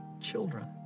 children